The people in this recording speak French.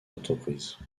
d’entreprises